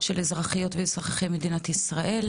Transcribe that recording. של אזרחיות ואזרחי מדינת ישראל,